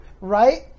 right